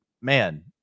man